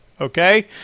okay